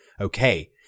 Okay